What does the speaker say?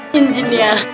engineer